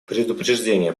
предупреждение